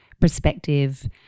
perspective